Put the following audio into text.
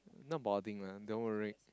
not balding lah don't worry